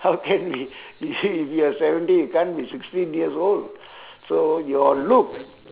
how can we we are seventy can't be sixteen years old so your look